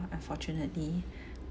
unfortunately